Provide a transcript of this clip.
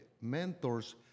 mentors